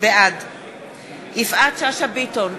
בעד יפעת שאשא ביטון,